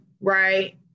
right